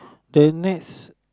the next